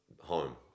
home